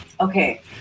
Okay